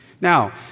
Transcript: Now